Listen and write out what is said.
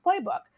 playbook